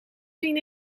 zien